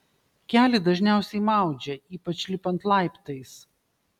kelį dažniausiai maudžia ypač lipant laiptais